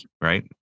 right